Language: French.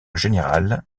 général